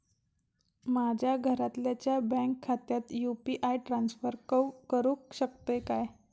माझ्या घरातल्याच्या बँक खात्यात यू.पी.आय ट्रान्स्फर करुक शकतय काय?